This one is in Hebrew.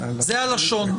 זו הלשון.